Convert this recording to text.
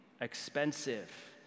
expensive